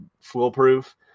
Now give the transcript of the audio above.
foolproof